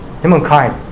Humankind